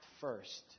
first